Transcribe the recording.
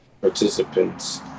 participants